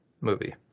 movie